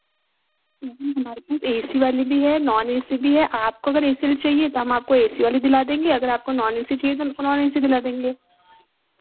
ji madam A C वाली भी है नॉन ए सी भी है आपको अगर ऐ सी वाली चाहिए तो हम आपको ए सी वाली दिला देंगे अगर आपको नॉन ए सी वाली चाहिए तो आपको नॉन ए सी दिला देंगे